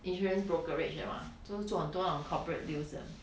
insurance brokerage 对嘛就是做很多那种 corporate deals 的